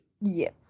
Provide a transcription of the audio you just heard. Yes